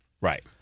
Right